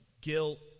guilt